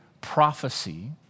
prophecy